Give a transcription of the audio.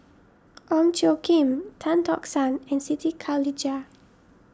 Ong Tjoe Kim Tan Tock San and Siti Khalijah